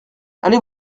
allez